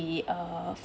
~e err